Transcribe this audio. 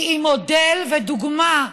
כי היא מודל ודוגמה,